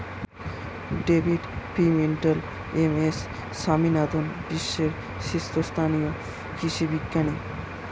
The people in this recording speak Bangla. David Pimentel, M S Swaminathan বিশ্বের শীর্ষস্থানীয় কৃষি বিজ্ঞানী